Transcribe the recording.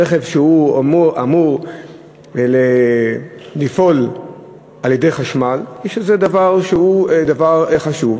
רכב שאמור לפעול על-ידי חשמל, אני חושב